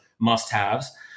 must-haves